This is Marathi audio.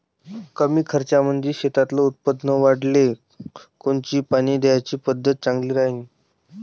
कमी खर्चामंदी शेतातलं उत्पादन वाढाले कोनची पानी द्याची पद्धत चांगली राहीन?